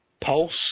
pulse